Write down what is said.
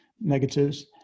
negatives